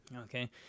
Okay